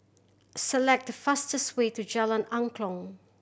select the fastest way to Jalan Angklong